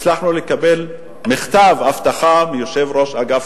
הצלחנו לקבל מכתב הבטחה מיושב-ראש אגף